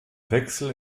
wechsel